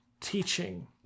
teaching